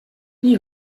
nie